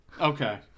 Okay